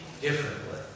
differently